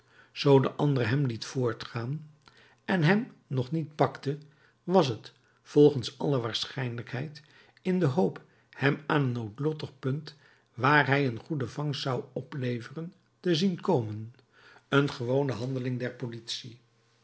zoo de ander hem liet voortgaan en hem nog niet pakte was het volgens alle waarschijnlijkheid in de hoop hem aan een noodlottig punt waar hij een goede vangst zou opleveren te zien komen een gewone handeling der politie